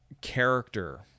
character